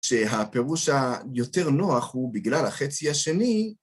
שהפירוש היותר נוח הוא בגלל החצי השני,